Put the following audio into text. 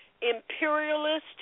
imperialist